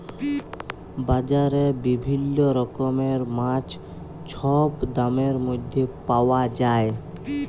বাজারে বিভিল্ল্য রকমের মাছ ছব দামের ম্যধে পাউয়া যায়